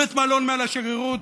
בית מלון מעל השגרירות,